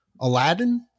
Aladdin